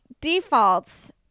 defaults